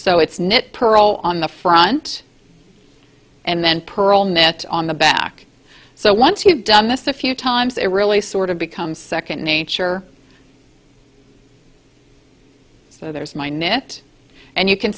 so it's knit pearl on the front and then pearl net on the back so once you've done this a few times it really sort of becomes second nature so there's my net and you can